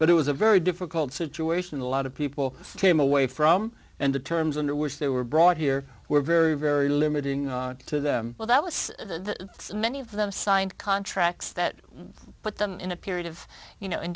but it was a very difficult situation a lot of people came away from and the terms under which they were brought here were very very limiting on to the well that was the many of them signed contracts that put them in a period of you know ind